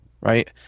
right